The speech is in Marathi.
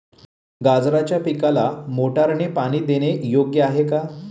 गाजराच्या पिकाला मोटारने पाणी देणे योग्य आहे का?